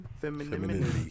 Femininity